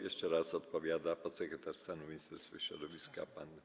Jeszcze raz odpowiada podsekretarz stanu w Ministerstwie Środowiska pan.